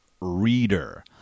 reader